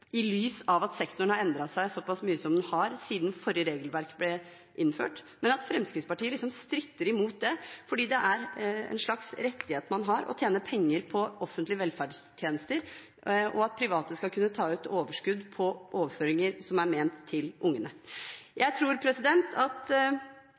i lys av at sektoren har endret seg såpass mye som den har siden forrige regelverk ble innført, stritter liksom Fremskrittspartiet imot fordi det er en slags rettighet man har å tjene penger på offentlige velferdstjenester og at private skal kunne ta ut overskudd på overføringer som er ment til ungene.